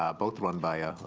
ah both run by a